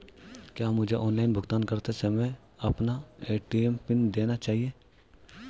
क्या मुझे ऑनलाइन भुगतान करते समय अपना ए.टी.एम पिन देना चाहिए?